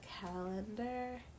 calendar